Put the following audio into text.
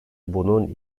bunun